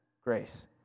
grace